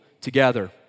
together